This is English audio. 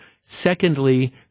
Secondly